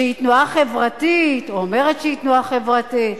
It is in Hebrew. שהיא תנועה חברתית או אומרת שהיא תנועה חברתית,